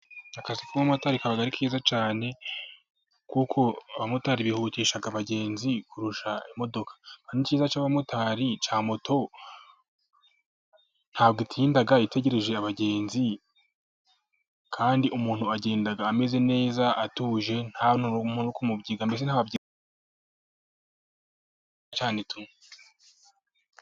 Akazi k'ubumotari kaba ari keza cyane, kuko abamotari bihutisha abagenzi kurusha imodoka. Kandi icyiza cy'abamotari, cya moto, nta bwo itinda itegereje abagenzi, kandi umuntu agenda ameze atuje nta muntu uri kumubyiga. Mbese...